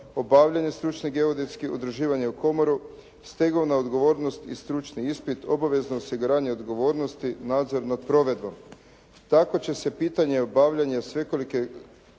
obavljanje stručnih geodetskih, udruživanje u komoru, stegovna odgovornost i stručni ispit, obavezno osiguranje odgovornosti, nadzor nad provedbom. Tako će se pitanje obavljanja sveukupne